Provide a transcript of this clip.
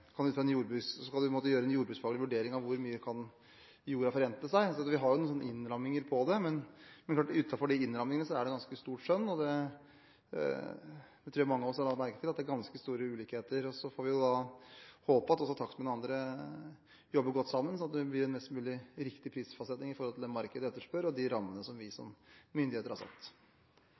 kan forrente seg – ut fra en jordbruksfaglig vurdering – så vi har noen innramminger på det. Men det er klart at innenfor de innrammingene er det ganske stort skjønn, og jeg tror mange av oss har lagt merke til at det er ganske store ulikheter. Så får vi håpe at takstmenn og andre jobber godt sammen, sånn at det blir en mest mulig riktig prisfastsetting i forhold til det markedet etterspør, og de rammene vi som myndigheter har satt.